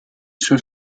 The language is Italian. sono